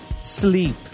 sleep